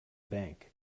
bank